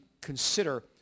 consider